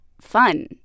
fun